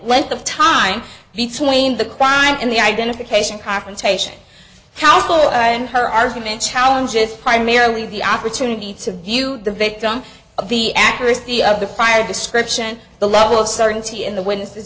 length of time between the crime and the identification confrontation how cool and her argument challenges primarily the opportunity to view the victim of the accuracy of the fired description the level of certainty in the witness